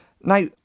Now